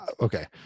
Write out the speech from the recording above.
Okay